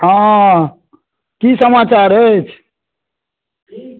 हँ की समाचार अछि